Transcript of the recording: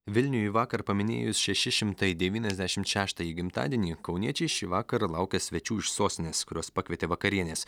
vilniui vakar paminėjus šeši šimtai devyniasdešimt šeštąjį gimtadienį kauniečiai šįvakar laukia svečių iš sostinės kuriuos pakvietė vakarienės